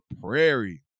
prairie